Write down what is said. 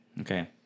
Okay